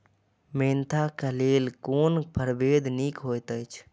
Mentha क लेल कोन परभेद निक होयत अछि?